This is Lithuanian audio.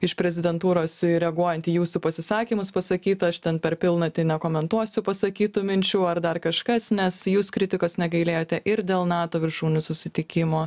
iš prezidentūros reaguojant į jūsų pasisakymus pasakyta aš ten per pilnatį nekomentuosiu pasakytų minčių ar dar kažkas nes jūs kritikos negailėjote ir dėl nato viršūnių susitikimo